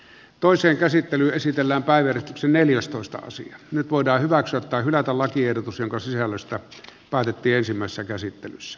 toisen käsittely esitellään päivät neljästoista sija nyt voidaan hyväksyä tai hylätä lakiehdotus jonka sisällöstä päätettiin ensimmäisessä käsittelyssä